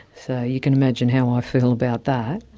so you can imagine how i feel about that.